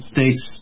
States